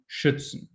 schützen